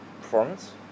performance